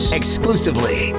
exclusively